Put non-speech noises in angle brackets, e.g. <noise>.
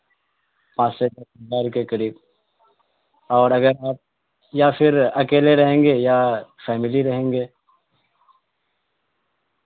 پانچ سے <unintelligible> کے قریب اور اگر آپ یا پھر اکیلے رہیں گے یا فیملی رہیں گے